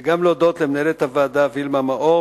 וגם להודות למנהלת הוועדה וילמה מאור